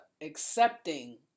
accepting